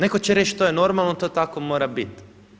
Netko će reći to je normalno, to tako mora biti.